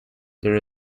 there